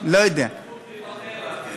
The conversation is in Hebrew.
יש לך הסמכות לוותר על זה.